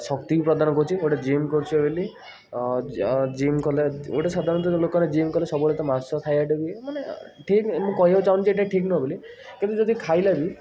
ଶକ୍ତି ବି ପ୍ରଦାନ କରୁଛି ଗୋଟେ ଜିମ୍ କରୁଛେ ବୋଲି ଜିମ୍ କଲେ ଗୋଟେ ସାଧାରଣତଃ ଲୋକ ଜିମ୍ କଲେ ବି ସବୁବେଳେ ତ ମାଂସ ଖାଇବାଟା ବି ମାନେ ଠିକ୍ ମୁଁ କହିବାକୁ ଚାହୁନି ଏଇଟା ଠିକ୍ ନୁହଁ ବୋଲି କିନ୍ତୁ ଯଦି ଖାଇଲା ବି